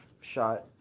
shot